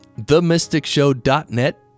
themysticshow.net